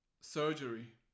surgery